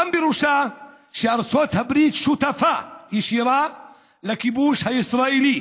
פירושה גם שארצות הברית שותפה ישירה לכיבוש הישראלי,